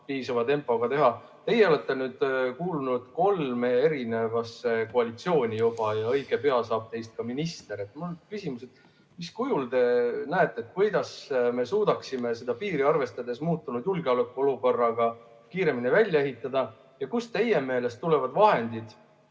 piisava tempoga teha. Teie olete kuulunud juba kolme koalitsiooni ja õige pea saab teist ka minister. Mis kujul te seda näete, kuidas me suudaksime piiri, arvestades muutunud julgeolekuolukorda, kiiremini välja ehitada? Kust teie meelest tulevad vahendid?